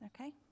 Okay